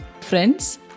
Friends